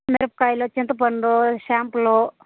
మిరపకాయలు చింతపండు షాంపూలు